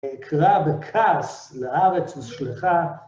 אקרא בכעס לארץ ושלחה.